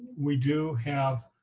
we do have